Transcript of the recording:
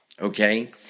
okay